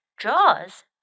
jaws